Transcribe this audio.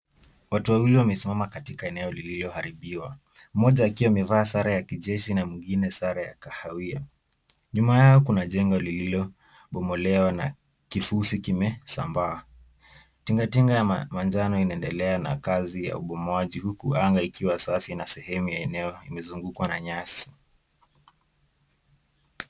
Watu wawili wamesimama katika eneo lililoharibiwa mmoja akiwa amevaa sare ya kijeshi na mwingine sare ya kahawia. Nyuma yao kuna jengo lililobomolewa na kifusi kimesambaa. Tingatinga ya manjano inaendelea na kazi ya ubomoaji huku anga ikiwa safi na sehemu ya eneo imezungukwa na nyasi.